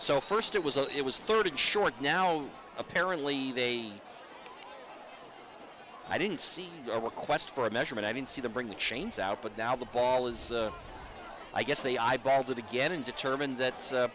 so first it was it was thirteen short now apparently they i didn't see a request for a measurement i didn't see the bring the chains out but now the ball is i guess they eyeballed it again and determined that